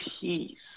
peace